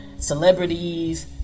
celebrities